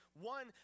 one